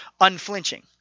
unflinching